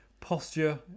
posture